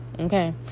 okay